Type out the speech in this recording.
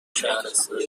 شهرستانی